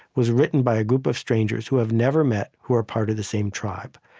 was written by a group of strangers who have never met, who are part of the same tribe.